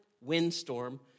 windstorm